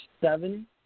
seven